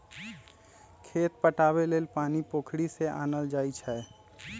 खेत पटाबे लेल पानी पोखरि से आनल जाई छै